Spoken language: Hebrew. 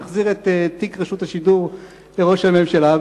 הוא החזיר את תיק רשות השידור לראש הממשלה,